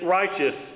righteous